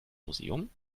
museum